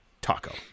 taco